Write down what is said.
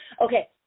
Okay